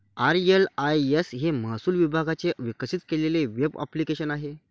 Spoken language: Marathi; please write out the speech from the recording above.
आर.एल.आय.एस हे महसूल विभागाने विकसित केलेले वेब ॲप्लिकेशन आहे